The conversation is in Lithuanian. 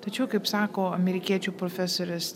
tačiau kaip sako amerikiečių profesoriusstevenas